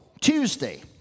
Tuesday